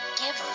give